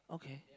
okay